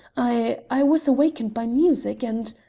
i i was awakened by music, and